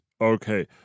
Okay